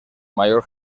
mayor